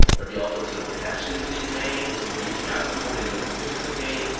there'll be all sorts of connections being made. she's reaching out to people, getting them to participate.